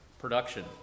production